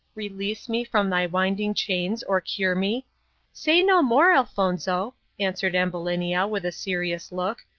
release me from thy winding chains or cure me say no more, elfonzo, answered ambulinia, with a serious look,